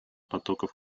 потоков